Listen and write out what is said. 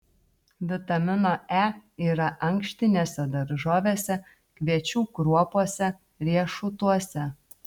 vitamino e yra ankštinėse daržovėse kviečių kruopose riešutuose